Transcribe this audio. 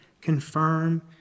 confirm